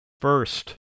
First